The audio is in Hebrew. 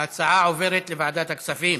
ההצעה עוברת לוועדת הכספים.